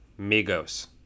Migos